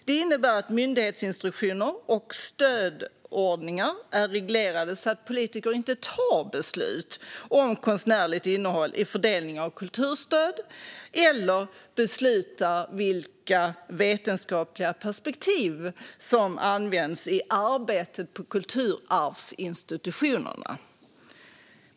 Det innebär att myndighetsinstruktioner och stödordningar är reglerade så att politiker inte tar beslut om konstnärligt innehåll i fördelning av kulturstöd eller beslutar vilka vetenskapliga perspektiv som används i arbetet på kulturarvsinstitutionerna.